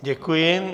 Děkuji.